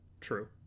true